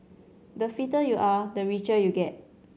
the fitter you are the richer you get